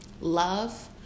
love